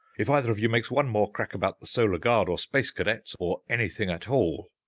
if either of you makes one more crack about the solar guard or space cadets, or anything at all,